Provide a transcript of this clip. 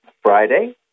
Friday